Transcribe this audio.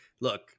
look